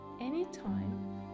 anytime